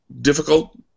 difficult